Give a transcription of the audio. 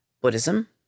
Buddhism